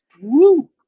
Woo